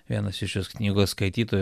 vienas iš šios knygos skaitytojų